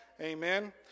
Amen